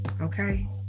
okay